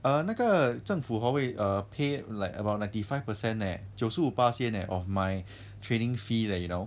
err 那个政府 hor 会 err pay like about ninety five percent leh 九十五巴先 eh of my training fee leh you know